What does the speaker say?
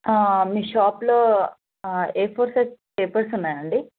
మీ షాప్లో A four size papers ఉన్నాయా అండి